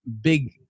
big